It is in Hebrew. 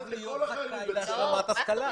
חייב בהשלמת השכלה.